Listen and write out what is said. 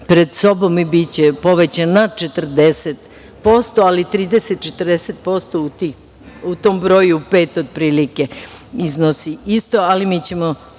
pred sobom i biće povećana na 40%, ali 30, 40% u tom broju, 5 otprilike iznosi isto, ali mi ćemo